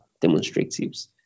demonstratives